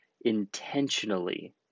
intentionally